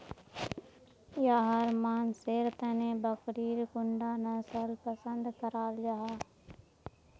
याहर मानसेर तने बकरीर कुंडा नसल पसंद कराल जाहा?